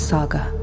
Saga